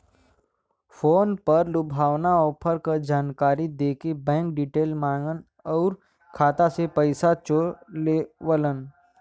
phone पर लुभावना offer क जानकारी देके बैंक डिटेल माँगन आउर खाता से पैसा चोरा लेवलन